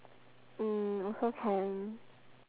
mm also can